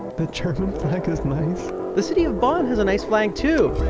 the german flag is nice the city of bonn has a nice flag too!